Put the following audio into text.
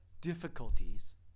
difficulties